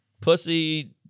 pussy